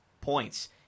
points